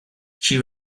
she